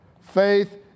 Faith